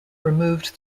removed